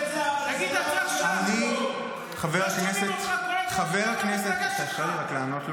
אנחנו נגד זה, אבל זה לא אנשי